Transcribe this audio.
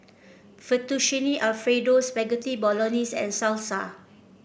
Fettuccine Alfredo Spaghetti Bolognese and Salsa